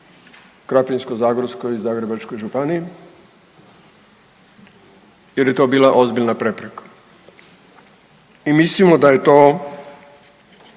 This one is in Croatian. Krapinsko-zagorskoj i Zagrebačkoj županiji jer je to bila ozbiljna prepreka. I mislimo da je to